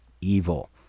evil